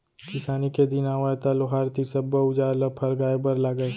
किसानी के दिन आवय त लोहार तीर सब्बो अउजार ल फरगाय बर लागय